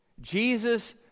...Jesus